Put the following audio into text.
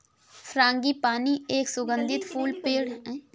frangipani एक सुगंधित फूल पेड़ है, जिसे प्लंबरिया भी कहा जाता है